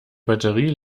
batterie